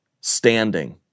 standing